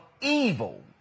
evil